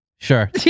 Sure